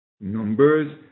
Numbers